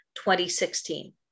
2016